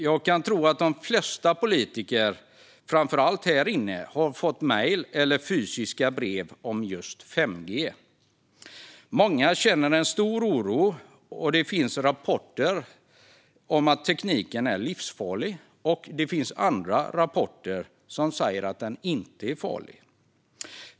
Jag kan tro att de flesta politiker, framför allt vi här inne, har fått mejl eller fysiska brev om 5G. Många känner en stor oro. Det finns rapporter som säger att tekniken är livsfarlig och andra rapporter som säger att den inte är farlig.